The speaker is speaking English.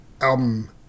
album